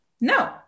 No